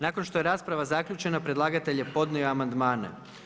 Nakon što je rasprava zaključena predlagatelj je podnio amandmane.